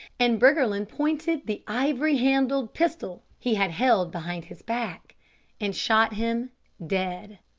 and briggerland pointed the ivory-handled pistol he had held behind his back and shot him dead.